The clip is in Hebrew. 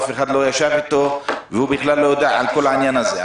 אף אחד לא ישב איתו והוא בכלל לא יודע על כל העניין הזה.